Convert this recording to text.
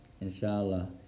Inshallah